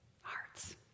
hearts